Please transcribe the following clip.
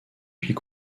puis